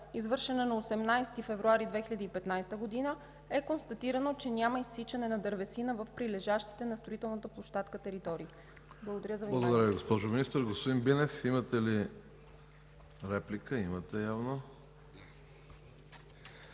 извършена на 18 февруари 2015 г., е констатирано, че няма изсичане на дървесина в прилежащите на строителната площадка територии. Благодаря за вниманието.